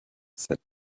said